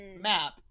map